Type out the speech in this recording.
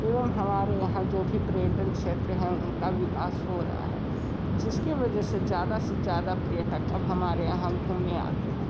एवं हमारे यहाँ जो भी पर्यटन क्षेत्र हैं उनका विकास हो रहा है जिसके वजह से ज़्यादा से ज़्यादा पर्यटक अब हमारे यहाँ घूमने आते हैं